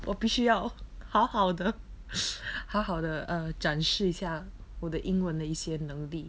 我必须要好好的好好的 uh 展示一下我的英文的一些能力